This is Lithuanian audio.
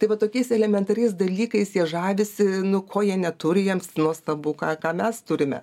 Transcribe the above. tai vat tokiais elementariais dalykais jie žavisi nu ko jie neturi jiems nuostabu ką ką mes turime